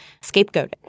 scapegoated